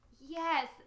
Yes